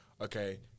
okay